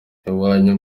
iwanyu